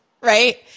Right